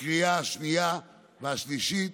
בקריאה השנייה והשלישית